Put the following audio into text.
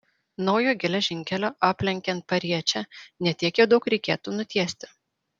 naujo geležinkelio aplenkiant pariečę ne tiek jau daug reikėtų nutiesti